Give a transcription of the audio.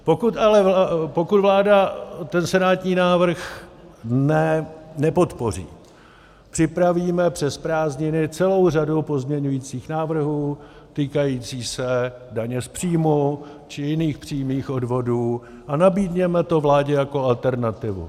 Pokud ale vláda ten senátní návrh nepodpoří, připravíme přes prázdniny celou řadu pozměňujících návrhů týkajících se daně z příjmů či jiných přímých odvodů a nabídneme to vládě jako alternativu.